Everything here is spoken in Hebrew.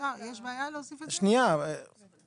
אפשר להוסיף פלוס 0. לזה אתה